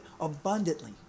abundantly